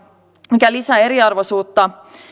mikä lisää eriarvoisuutta